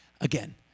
again